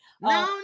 no